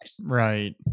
right